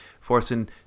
forcing